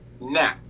Now